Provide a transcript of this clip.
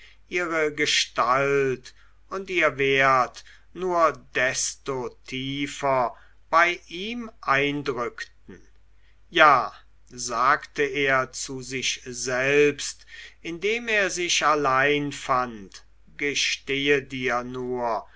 ihre gestalt und ihr wert nur desto tiefer bei ihm eindrückten ja sagte er zu sich selbst indem er sich allein fand gestehe dir nur